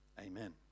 amen